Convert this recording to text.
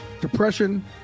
Depression